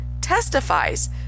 testifies